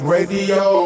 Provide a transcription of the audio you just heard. Radio